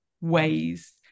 ways